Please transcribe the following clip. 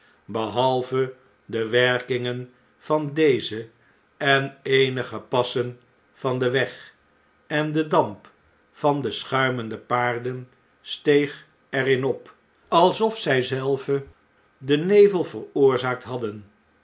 behalve de werkingen van deze en eenige passen van den weg en de damp van de schuimende paarden steeg er in op alsof zjj zelve den nevel veroorzaakt hadden